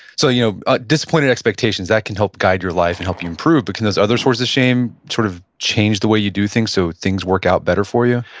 so you know disappointed expectations, that can help guide your life and help you improve. but can those other sources of shame sort of change the way you do things so things work out better for you?